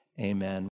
Amen